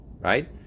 right